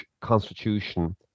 constitution